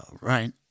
Right